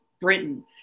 Britain